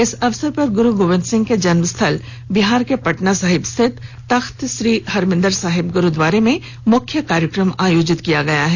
इस अवसर पर गुरु गोविंद सिंह के जन्मस्थल बिहार के पटना साहिब स्थित तख्त श्री हरमंदिर साहिब गुरुद्वारे में मुख्य कार्यक्रम आयोजित किया गया है